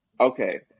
Okay